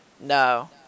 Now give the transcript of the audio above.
no